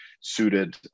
suited